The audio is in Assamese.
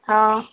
অঁ